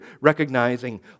recognizing